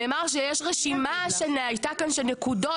נאמר שיש רשימה שהייתה כאן של נקודות